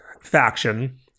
faction